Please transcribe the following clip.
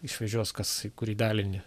išvežios kas į kurį dalinį